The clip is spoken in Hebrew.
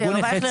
הרב אייכלר,